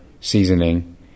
seasoning